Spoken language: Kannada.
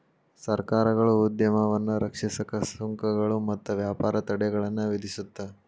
ಸರ್ಕಾರಗಳು ಉದ್ಯಮವನ್ನ ರಕ್ಷಿಸಕ ಸುಂಕಗಳು ಮತ್ತ ವ್ಯಾಪಾರ ತಡೆಗಳನ್ನ ವಿಧಿಸುತ್ತ